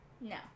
No